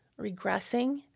regressing